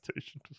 station